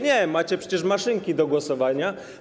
Nie, macie przecież maszynki do głosowania.